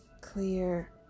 Clear